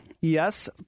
Yes